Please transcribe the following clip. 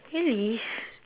really